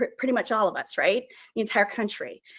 um pretty much all of us, right? the entire country.